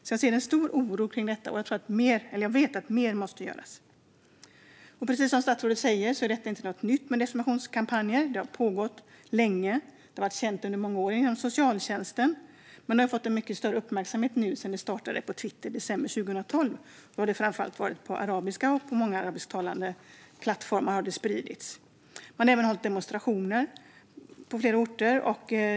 Detta är oroande, och jag vet att mer måste göras. Precis som statsrådet säger är dessa desinformationskampanjer inget nytt. De har pågått länge, och det här har varit känt under många år inom socialtjänsten. De har dock fått större uppmärksamhet sedan de startade på Twitter i december 2012 och framför allt spridits på många plattformar för arabisktalande. Det har också hållits demonstrationer på många orter.